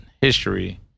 history